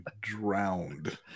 drowned